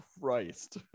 Christ